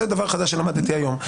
זה דבר חדש שלמדתי היום.